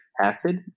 acid